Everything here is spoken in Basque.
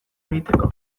egiteko